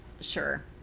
Sure